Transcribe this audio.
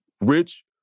Rich